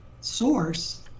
source